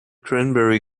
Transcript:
cranberry